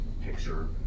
picture